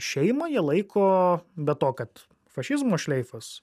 šeimą jie laiko be to kad fašizmo šleifas